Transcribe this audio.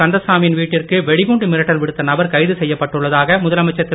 கந்தசாமியின் வீட்டிற்கு வெடிகுண்டு மிரட்டல் விடுத்த நபர் கைது செய்யப்பட்டுள்ளதாக முதலமைச்சர் திரு